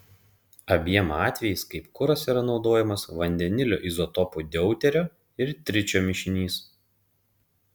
abiem atvejais kaip kuras yra naudojamas vandenilio izotopų deuterio ir tričio mišinys